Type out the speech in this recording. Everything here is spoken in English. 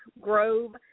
Grove